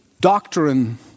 doctrine